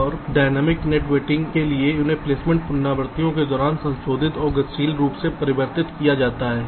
और dynamic net weighting के लिए उन्हें प्लेसमेंट पुनरावृत्तियों के दौरान संशोधित और गतिशील रूप से परिवर्तित किया जाता है